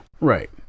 Right